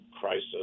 crisis